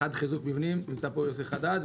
האחד, חיזוק מבנים, ונמצא פה יוסי חדד.